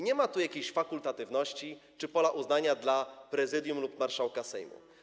Nie ma tu jakiejś fakultatywności czy pola uznania dla Prezydium lub marszałka Sejmu.